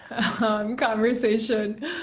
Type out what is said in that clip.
conversation